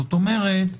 זאת אומרת,